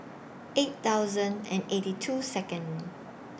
eight thousand and eighty two Second